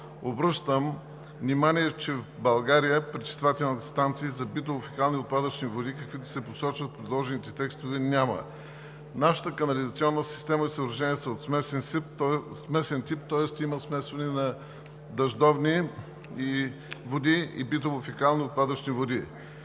обръщам внимание, че в България пречиствателни станции за битово-фекални отпадъчни води, каквито се посочват в предложените текстове, няма. Нашата канализационна система и съоръжения са от смесен тип, тоест има смесване на дъждовни и битово-фекални отпадъчни води.